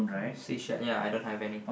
sea shell ya I don't have any